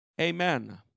Amen